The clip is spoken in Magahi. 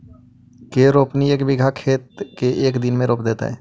के रोपनी एक बिघा खेत के एक दिन में रोप देतै?